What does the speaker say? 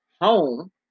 home